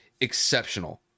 exceptional